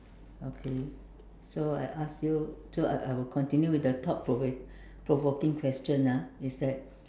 okay so I ask you so I I will continue with the thought provo~ provoking question ah is that